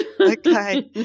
okay